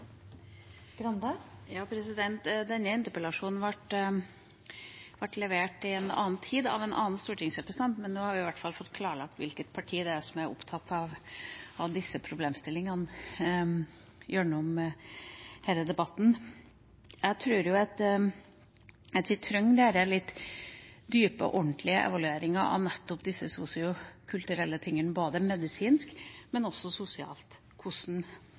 Denne interpellasjonen ble levert i en annen tid av en annen stortingsrepresentant, men nå har vi i hvert fall gjennom hele debatten fått klarlagt hvilket parti det er som er opptatt av disse problemstillingene. Jeg tror at vi trenger litt dype og ordentlige evalueringer av nettopp disse sosiokulturelle tingene, både medisinsk og sosialt,